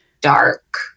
dark